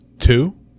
two